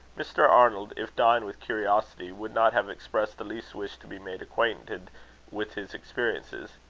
mr. arnold, if dying with curiosity, would not have expressed the least wish to be made acquainted with his experiences.